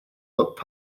look